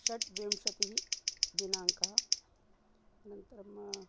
षड्विंशतिः दिनाङ्कः अनन्तरम्